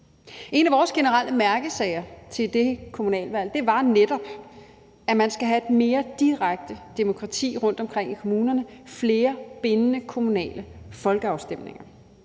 En af vores generelle mærkesager til det kommunalvalg var netop, at man skal have et mere direkte demokrati rundtomkring i kommunerne, flere bindende kommunale folkeafstemninger.